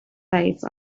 life